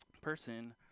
person